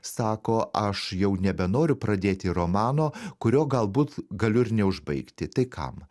sako aš jau nebenoriu pradėti romano kurio galbūt galiu ir neužbaigti tai kam